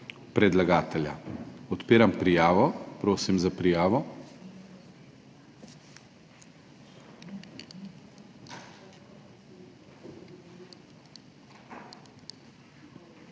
predlagatelja. Odpiram prijavo. Prosim za prijavo.